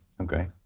Okay